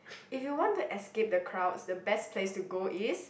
if you want to escape the crowds the best place to go is